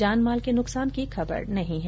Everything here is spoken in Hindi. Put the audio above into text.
जानमाल के नुकसान की खबर नही है